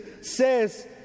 says